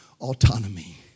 autonomy